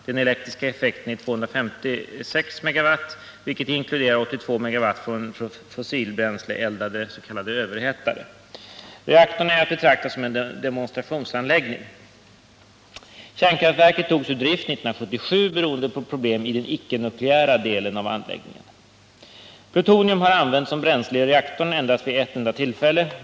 Den elektriska effekten är 256 MW, vilket inkluderar 82 MW från fossilbränsleeldade s.k. överhettare. Reaktorn är att betrakta som en demonstrationsanläggning. Kärnkraftverket togs ur drift 1977 beroende på problem i den icke-nukleära delen av anläggningen. Plutonium har använts som bränsle i reaktorn endast vid ett enda tillfälle.